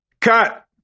Cut